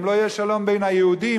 אם לא יהיה שלום בין היהודים,